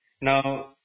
now